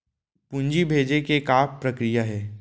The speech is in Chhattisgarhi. पूंजी भेजे के का प्रक्रिया हे?